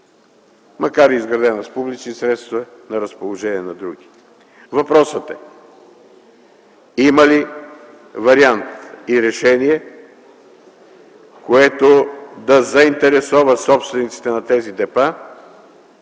макар и изградена с публични средства, на разположение на други. Въпросът е има ли вариант и решение, което да заинтересува собствениците на тези депа